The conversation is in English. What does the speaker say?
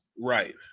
Right